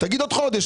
תגיד עוד חודש,